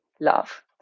love